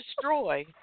destroy